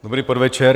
Dobrý podvečer.